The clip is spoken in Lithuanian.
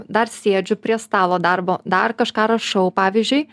dar sėdžiu prie stalo darbo dar kažką rašau pavyzdžiui